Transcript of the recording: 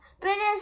British